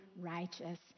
righteous